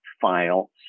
file